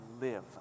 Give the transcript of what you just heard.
live